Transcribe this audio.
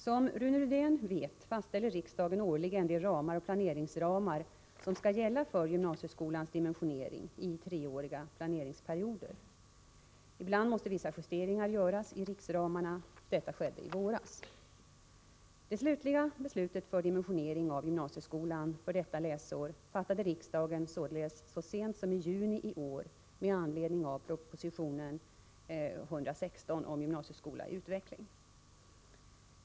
Som Rune Rydén vet fastställer riksdagen årligen de ramar och planeringsramar som skall gälla för gymnasieskolans dimensionering i treåriga planeringsperioder. Ibland måste vissa justeringar göras i riksramarna. Detta skedde i våras. Det slutliga beslutet för dimensionering av gymnasieskolan för detta läsår fattade riksdagen således så sent som i juni i år med anledning av propositionen om gymnasieskola i utveckling.